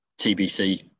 TBC